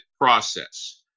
process